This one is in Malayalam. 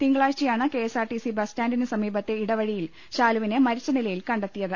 തിങ്കളാഴ്ചയാണ് കെഎസ്ആർടിസിബസ് സ്റ്റാൻഡിനു സമീപത്തെ ഇടവഴിയിൽ ശാലുവിനെ മരിച്ച നിലയിൽ കണ്ടെത്തിയത്